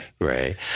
Right